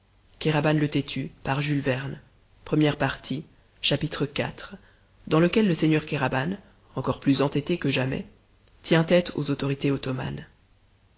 iv dans lequel le seigneur kéraban encore plus entêté que jamais tient tête aux autorités ottomanes